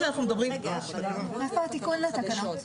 איפה התיקון לתקנות?